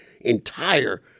entire